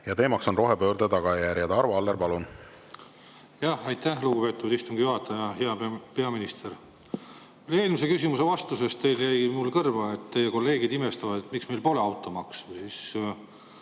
ja teema on rohepöörde tagajärjed. Arvo Aller, palun! Aitäh, lugupeetud istungi juhataja! Hea peaminister! Eelmise küsimuse vastusest jäi mulle kõrva, et teie kolleegid imestavad, miks meil pole automaksu.